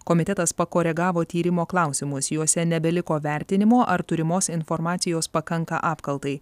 komitetas pakoregavo tyrimo klausimus juose nebeliko vertinimo ar turimos informacijos pakanka apkaltai